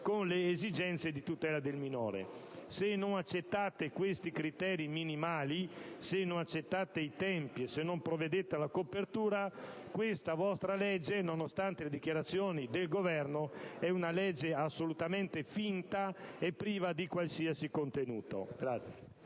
con le esigenze di tutela del minore. Se non accettate questi criteri minimali, se non stabilite i tempi e non provvedete alla copertura, questo vostro provvedimento, nonostante le dichiarazioni del Governo, è assolutamente finto e privo di qualsiasi contenuto.